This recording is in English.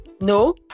No